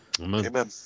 Amen